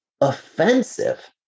offensive